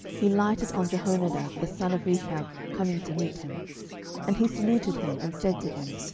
he lighted on jehonadab the son of rechab coming to meet him and he saluted him, and said to him,